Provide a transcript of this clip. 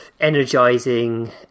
energizing